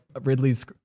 Ridley's